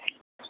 okay